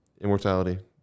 immortality